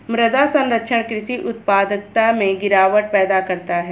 मृदा क्षरण कृषि उत्पादकता में गिरावट पैदा करता है